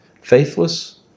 Faithless